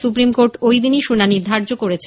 supreme court ঐদিনই শুনানি ধার্য করেছে